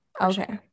okay